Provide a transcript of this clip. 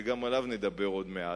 שגם עליו נדבר עוד מעט.